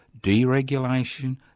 deregulation